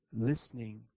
listening